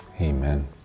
amen